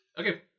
Okay